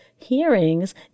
hearings